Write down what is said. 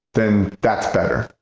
then that's better.